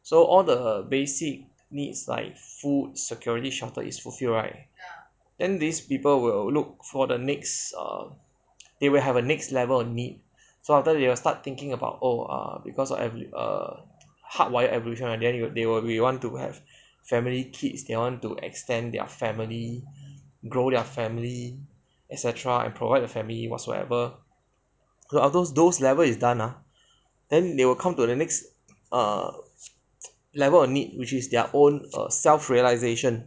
so all the basic needs like food security shelter is fulfilled right then these people will look for the next err they will have a next level need so after they will start thinking about oh ah because of err err hardwired evolution then they will they want to have family kids they want to extend their family grow their family et cetera and provide the family whatsoever then after those level is done ah then then they will come to the next err level of need which is their own err self realisation